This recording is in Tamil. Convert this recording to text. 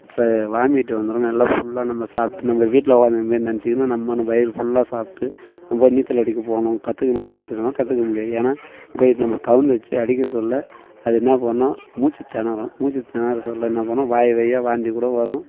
ச வாமிட் வந்துடும் நல்ல ஃபுல்லா நம்ம சாப்பிட்டு நம்ம வீட்டில் உக்காந்துருக்குற மாரி நினச்சிக்கினு நம்ம வயிறு ஃபுல்லா சாப்பிட்டு நம்ம போய் நீச்சல் அடிக்கப் போனோம் கத்துக்கணுன்னு நினைச்சோன்னா கத்துக்க முடியாது ஏன்னா போயிட்டு நம்ம கவுந்தடிச்சு அடிக்க சொல்ல அது என்ன பண்ணும் மூச்சு திணறும் மூச்சு திணற சொல்ல என்ன பண்ணும் வாய் வழியாக வாந்தி கூட வரும்